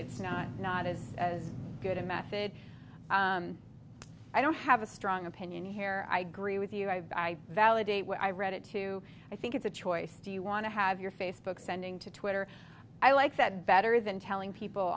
it's not not is as good a method i don't have a strong opinion here i agree with you i validate what i read it to i think it's a choice do you want to have your facebook sending to twitter i like that better than telling people